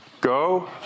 go